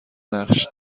نقش